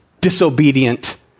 disobedient